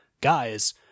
guys